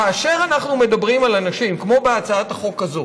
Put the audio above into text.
כאשר אנחנו מדברים על אנשים, כמו בהצעת החוק הזאת,